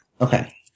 Okay